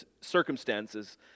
circumstances